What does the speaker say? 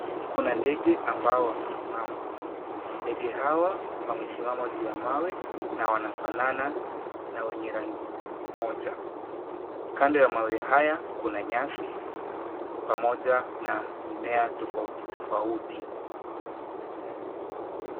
Kuna ndege ambao wamesimama. Ndege hawa wamesimama juu ya mawe na wanafanana na wenye rangi moja. Kando ya mawe haya kuna nyasi pamoja na mimea tofauti tofauti.